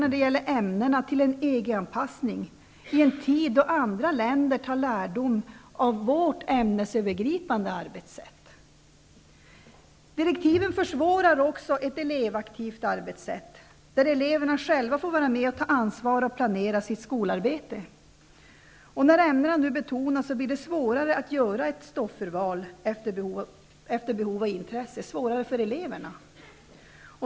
När det gäller ämnena hänvisar man till en EG-anpassning, och det gör man i en tid då andra länder drar lärdom av vårt ämnesövergripande arbetssätt. Direktiven försvårar också ett elevaktivt arbetssätt som innebär att eleverna själva får vara med och ta ansvar och planera sitt skolarbete. När ämnena nu betonas blir det svårare för eleverna att göra ett stoffurval alltefter behov och intresse.